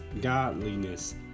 godliness